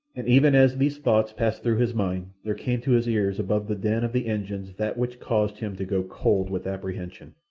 and even as these thoughts passed through his mind there came to his ears above the din of the engines that which caused him to go cold with apprehension.